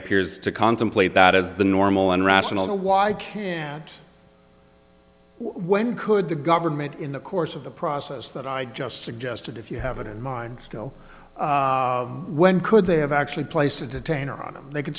appears to contemplate that as the normal and rational why i can't when could the government in the course of the process that i just suggested if you have it in mind still when could they have actually place to detain around him they can